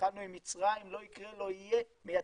כשהתחלנו עם מצרים, לא יקרה, לא יהיה, מייצאים.